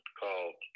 called